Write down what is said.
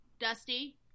dusty